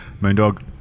moondog